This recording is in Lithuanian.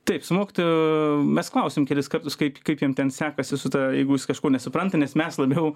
taip su mokytoja mes klausėm kelis kartus kaip kaip jam ten sekasi su ta jeigu jis kažko nesupranta nes mes labiau